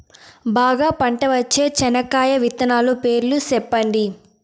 బాగా పంట వచ్చే చెనక్కాయ విత్తనాలు పేర్లు సెప్పండి?